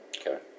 Okay